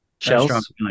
Shells